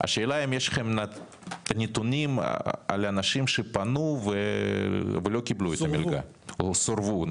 השאלה אם יש לכם נתונים על האנשים שפנו ולא קיבלו את המגלה או סורבו?